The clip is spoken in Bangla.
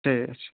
ঠিক আছে